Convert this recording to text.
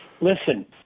Listen